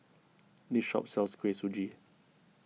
this shop sells Kuih Suji